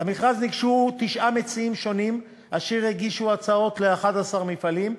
למכרז ניגשו תשעה מציעים שונים אשר הגישו הצעות ל-11 מפעלים,